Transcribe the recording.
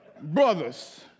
Brothers